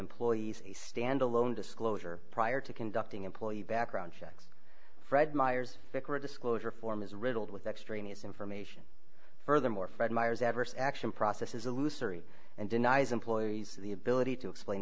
employees a standalone disclosure prior to conducting employee background checks fred meyer's record disclosure form is riddled with extraneous information furthermore fred meyer's adverse action process is illusory and denies employees the ability to explain